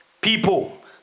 people